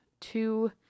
two